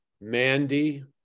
Mandy